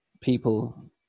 people